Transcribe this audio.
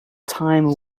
time